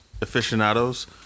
aficionados